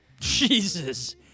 Jesus